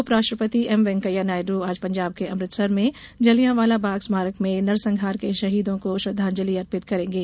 उप राष्ट्रपति एमवैकेया नायड् आज पंजाब के अमृतसर में जलियांवाला बाग स्मारक में नरसंहार के शहीदों को श्रद्दांजलि अर्पित करेंगे